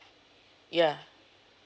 ya